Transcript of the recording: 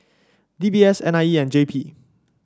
D B S N I E and J P